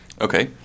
okay